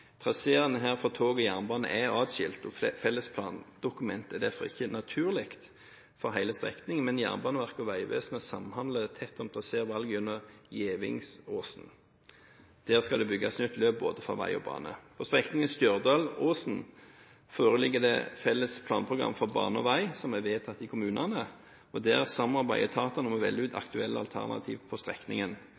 for tog og vei er atskilt. Felles plandokument er derfor ikke naturlig for hele strekningen, men Jernbaneverket og Vegvesenet samhandler tett om trasévalg gjennom Gjevingåsen. Der skal det bygges nytt løp både for vei og bane. For strekningen Stjørdal–Åsen foreligger det felles planprogram for bane og vei som er vedtatt i kommunene. Der samarbeider etatene om å velge ut aktuelle alternativ på strekningen,